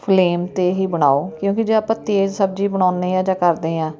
flame 'ਤੇ ਹੀ ਬਣਾਓ ਕਿਉਂਕਿ ਜੇ ਆਪਾਂ ਤੇਜ਼ ਸਬਜ਼ੀ ਬਣਾਉਂਦੇ ਹਾਂ ਜਾਂ ਕਰਦੇ ਹਾਂ